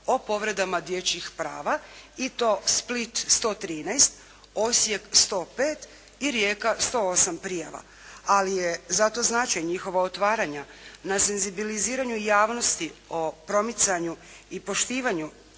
o povredama dječjih prava i to Split 113, Osijek 105 i Rijeka 108 prijava. Ali je zato značaj njihova otvaranja na senzibiliziranju javnosti o promicanju i poštivanju